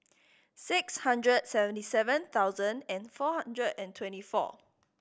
six hundred seventy seven thousand and four hundred and twenty four